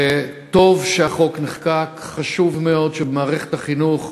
טוב שהחוק נחקק, חשוב מאוד שבמערכת החינוך